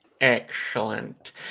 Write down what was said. excellent